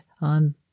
on